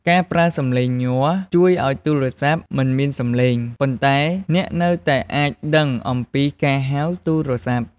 ការប្រើ “សំឡេងញ័រ” ជួយឲ្យទូរស័ព្ទមិនមានសំឡេង ប៉ុន្តែអ្នកនៅតែអាចដឹងអំពីការហៅទូរស័ព្ទ។